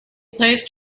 placed